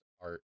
art